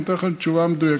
אני אתן לכם תשובה מדויקת.